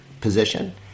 position